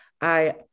I-